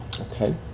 Okay